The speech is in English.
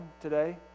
today